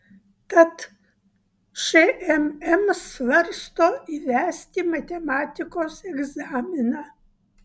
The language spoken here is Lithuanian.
tad šmm svarsto įvesti matematikos egzaminą